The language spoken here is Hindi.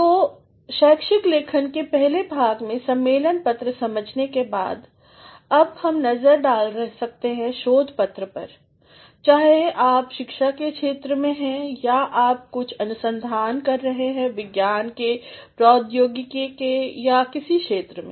तो शैक्षिक लेखन के पहले भाग में सम्मेलन पत्र समझने के बाद अब हम एक नज़र दाल सकते हैंशोध पत्रपर चाहे आप शिक्षा की क्षेत्र में हैं या आप कुछ अनुसंधान क्र रहे हैं विज्ञान और प्रौद्योगिकी या किसी क्षेत्र में